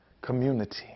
community